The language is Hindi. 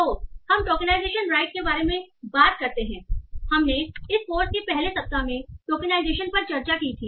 तो हम टोकेनाइजेशन राइट के बारे में बात करते हैं हमने इस कोर्स के पहले सप्ताह में टोकेनाइजेशन पर चर्चा की थी